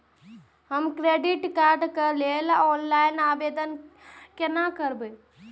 हम credit card के लेल ऑनलाइन आवेदन केना करब?